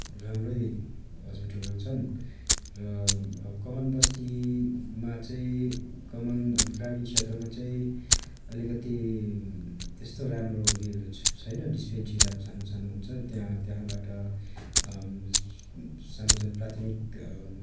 राम्रै हस्पिटलहरू छन् र अब कमान बस्तीमा चाहिँ कमान ग्रामीण क्षेत्रमा चाहिँ अलिकति त्यस्तो राम्रो उयोहरू छैन डिस्पेन्सरीहरू सानो सानो हुन्छ त्यहाँ त्यहाँबटा सानो सानो प्राथमिक